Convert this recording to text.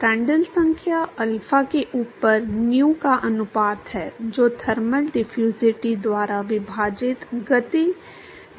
Prandtl संख्या alpha के ऊपर नू का अनुपात है जो थर्मल डिफ्यूजिटी द्वारा विभाजित गति विवर्तन है